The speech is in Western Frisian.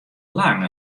lang